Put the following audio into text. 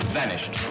vanished